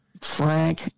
Frank